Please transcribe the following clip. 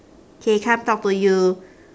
okay come talk to you